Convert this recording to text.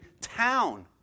town